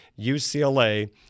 UCLA